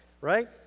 right